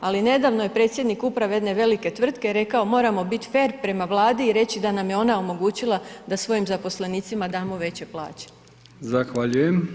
Ali nedavno je predsjednik uprave jedne velike tvrtke rekao, moramo biti fer prema Vladi i reći da nam je ona omogućila da svojim zaposlenicima damo veće plaće.